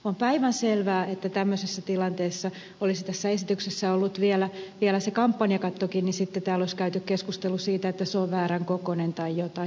on päivänselvää että jos tämmöisessä tilanteessa olisi tässä esityksessä ollut vielä se kampanjakattokin niin sitten täällä olisi käyty keskustelu siitä että se on väärän kokoinen tai jotain